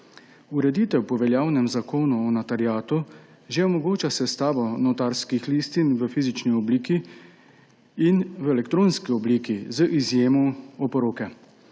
Ureditev po veljavnem Zakonu o notariatu že omogoča sestavo notarskih listin v fizični obliki in v elektronski obliki, z izjemo oporoke,